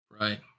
Right